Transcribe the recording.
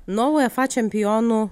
nuo uefa čempionų